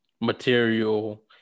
material